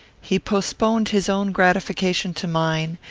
he postponed his own gratification to mine,